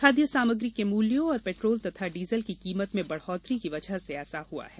खाद्य सामग्री के मूल्यों और पेट्रोल तथा डीजल की कीमत में बढ़ोतरी की वजह से ऐसा हुआ है